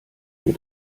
mir